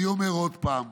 אני אומר עוד פעם: